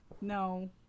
No